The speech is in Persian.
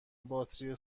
باتری